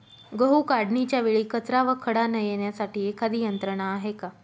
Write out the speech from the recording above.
गहू काढणीच्या वेळी कचरा व खडा न येण्यासाठी एखादी यंत्रणा आहे का?